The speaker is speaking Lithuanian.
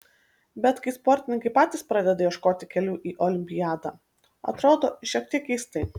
bet kai sportininkai patys pradeda ieškoti kelių į olimpiadą atrodo šiek tiek keistai